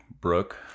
Brooke